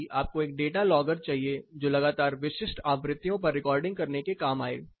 साथ ही आपको एक डेटा लोगर चाहिए जो लगातार विशिष्ट आवृत्तियों पर रिकॉर्डिंग करने के काम आए